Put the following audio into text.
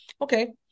okay